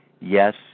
Yes